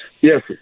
Yes